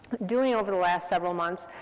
doing over the last several months,